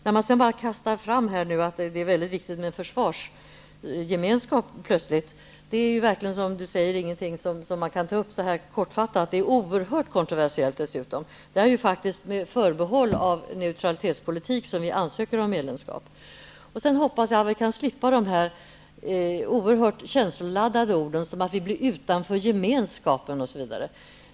Här kastas det plötsligt bara fram att det är väldigt viktigt med försvarsgemenskap. Det är verkligen någonting som inte kan diskuteras så här kortfattat. Det är oerhört kontroversiellt dessutom. Det var faktiskt med förbehåll för neutralitetspolitik som vi ansökte om medlemskap. Sedan hoppas jag att vi kan slippa oerhört känsloladdade ord som att vi blir utanför gemenskapen osv.